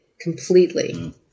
completely